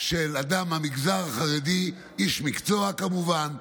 של אדם מהמגזר החרדי, איש מקצוע, כמובן,